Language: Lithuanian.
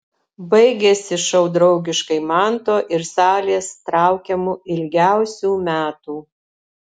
baigėsi šou draugiškai manto ir salės traukiamu ilgiausių metų